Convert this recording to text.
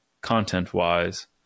content-wise